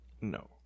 No